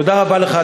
תודה רבה לך,